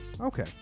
okay